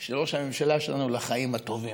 של ראש הממשלה שלנו לחיים הטובים,